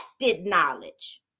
knowledge